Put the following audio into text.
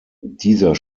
dieser